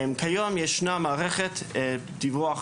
כיום ישנה מערכת דיווח,